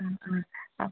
ആ ആ ആ